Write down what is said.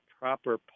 proper